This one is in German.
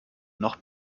noch